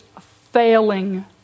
failing